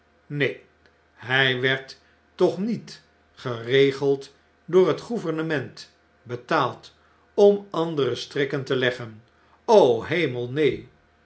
neen hy werd toch niet geregeld door het gouvernement betaald om anderen strikken te leggen hemel neen